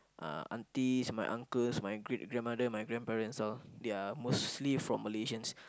uh aunties my uncles my great grandmother my grandparents all they are mostly from Malaysians